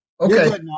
Okay